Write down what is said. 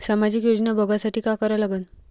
सामाजिक योजना बघासाठी का करा लागन?